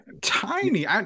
tiny